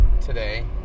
today